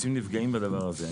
יוצאים נפגעים בדבר הזה?